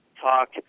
talk